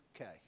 Okay